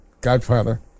Godfather